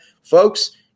folks